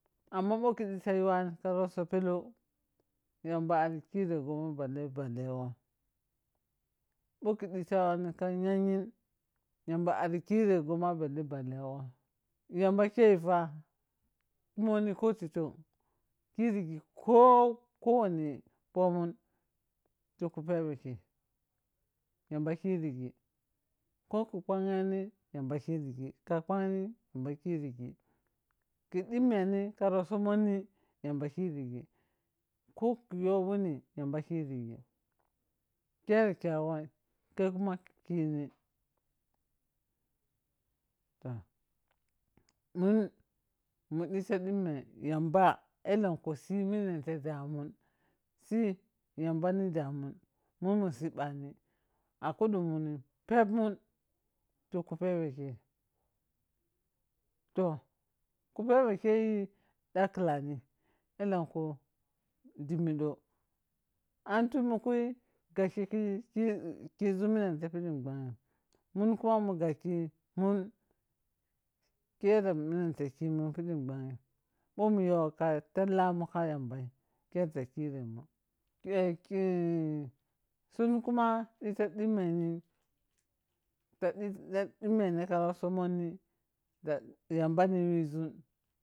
Amma ɓho khiȝii ta yuwani ka rutso pheɛla yamba ari khireghoma bate bhalleghoni bhg khiȝii ta yiani ka nyanghig yamba ari kuire ghon ɓalle bhalleghon yamba kei fah mhonni kon ti tohn khireghi koh kowani phomun ti ku phebhe kei yamba kirighi koh ku ghagheni yamba khirighi khi ɗhimmeni ka rutso mhonni yamba khirighi ko ki yu wuni yamba kuirighi kyere khegho kye kuma khini ta mun mu ɗhitti ɗhimmi yamba yambe eleku nini te ɗamu sii yamba ni ɗamun mu mu shiɓhani a khuɗun mun phep mun ti ku pheɓhe kei toh ku pheɓhe kei ɗhakklahni ɛlɛnkhu ɗhimmi ɗoi an tummi kai ke sii shi kuuȝui mannag bhag mun kuma mu ghagh mun te kimun wɛ khiɗam ɓnang ɓhg mu yo ka talla muba yambai ker taki remun sun kuma ɗita ɗhimmeni takata ka summohni yamba ni wɛ ȝun.